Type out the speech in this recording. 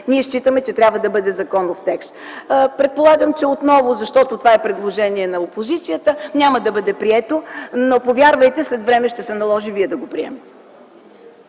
и считаме, че трябва да стане законов текст. Предполагам, понеже това е предложение на опозицията, то отново няма да бъде прието. Повярвайте, след време ще се наложи вие да го приемете.